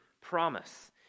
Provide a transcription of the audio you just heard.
promise